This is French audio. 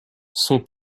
son